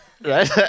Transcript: right